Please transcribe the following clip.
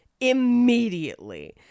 immediately